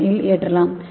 என் இல் ஏற்றலாம்